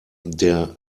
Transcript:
der